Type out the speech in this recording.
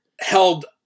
held